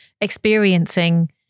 experiencing